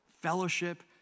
fellowship